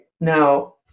Now